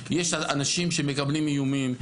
יש אנשים שמקבלים איומים.